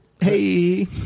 Hey